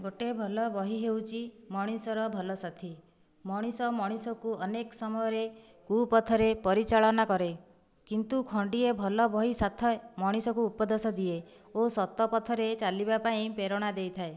ଗୋଟେ ଭଲ ବହି ହେଉଛି ମଣିଷର ଭଲ ସାଥୀ ମଣିଷ ମଣିଷକୁ ଅନେକ ସମୟରେ କୂପଥରେ ପରିଚାଳନା କରେ କିନ୍ତୁ ଖଣ୍ଡିଏ ଭଲ ବହି ସାଥେ ମଣିଷକୁ ଉପଦେଶ ଦିଏ ଓ ସତ ପଥରେ ଚାଲିବା ପାଇଁ ପ୍ରେରଣା ଦେଇଥାଏ